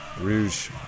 Rouge